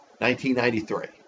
1993